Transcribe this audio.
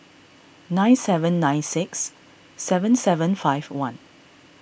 nine seven nine six seven seven five one